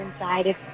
inside